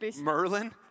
Merlin